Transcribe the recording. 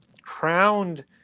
crowned